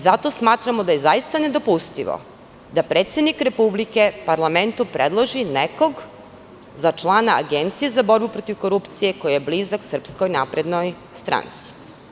Zato smatramo da je zaista nedopustivo da predsednik Republike parlamentu predloži nekog za člana Agencije za borbu protiv korupcije ko je blizak SNS.